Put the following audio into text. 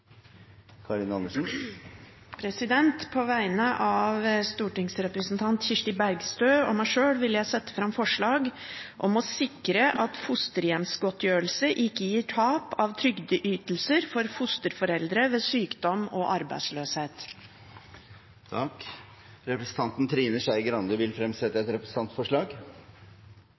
Karin Andersen vil fremsette et representantforslag. På vegne av stortingsrepresentant Kirsti Bergstø og meg sjøl vil jeg sette fram forslag om å sikre at fosterhjemsgodtgjørelse ikke gir tap av trygdeytelser for fosterforeldre ved sykdom eller arbeidsløshet. Representanten Trine Skei Grande vil fremsette et representantforslag.